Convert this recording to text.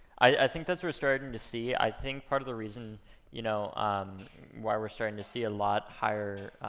i think that's what we're starting to see. i think part of the reason you know um why we're starting to see a lot higher.